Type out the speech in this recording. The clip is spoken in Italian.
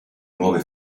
nuove